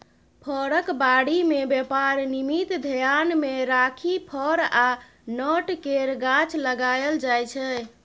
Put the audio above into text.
फरक बारी मे बेपार निमित्त धेआन मे राखि फर आ नट केर गाछ लगाएल जाइ छै